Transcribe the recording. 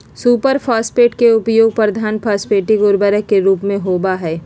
super phosphate के उपयोग प्रधान फॉस्फेटिक उर्वरक के रूप में होबा हई